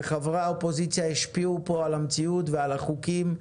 וחברי האופוזיציה השפיעו פה על המציאות ועל החוקים,